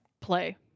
play